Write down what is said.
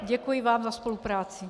Děkuji vám za spolupráci.